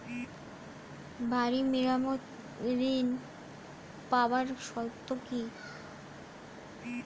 বাড়ি মেরামত ঋন পাবার শর্ত কি?